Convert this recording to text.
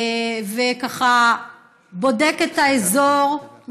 ככה בודק את האזור,